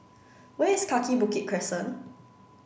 where is Kaki Bukit Crescent